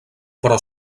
però